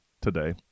today